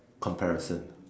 comparison